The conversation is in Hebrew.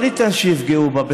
אנחנו לא ניתן שיפגעו בה,